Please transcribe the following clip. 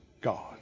God